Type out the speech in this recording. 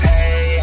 Hey